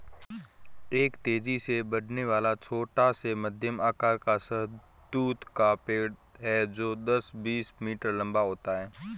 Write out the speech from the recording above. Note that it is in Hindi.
एक तेजी से बढ़ने वाला, छोटा से मध्यम आकार का शहतूत का पेड़ है जो दस, बीस मीटर लंबा होता है